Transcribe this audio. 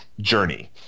Journey